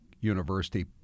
University